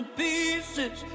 pieces